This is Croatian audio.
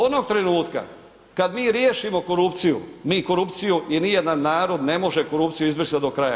Onog trenutka kad mi riješimo korupciju, mi korupciju jer nijedan narod ne može korupciju izbrisati do kraja.